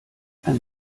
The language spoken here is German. ein